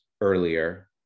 earlier